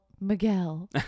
Miguel